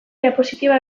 diapositiba